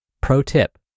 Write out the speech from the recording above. Pro-tip